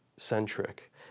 centric